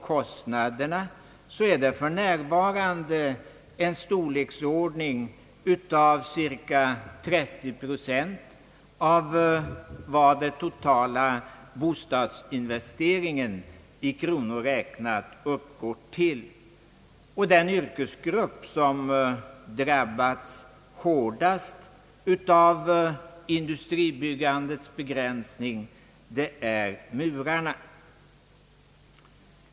Kostnadsmässigt representerar det cirka 30 procent av den totala bostadsinvesteringen i kronor räknat, och den yrkesgrupp som drabbats hårdast av industribyggandets begränsning är murarna.